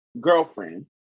girlfriend